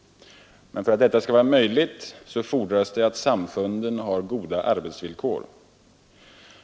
För att detta skall vara möjligt fordras emellertid att samfunden har goda arbetsvillkor.